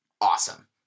awesome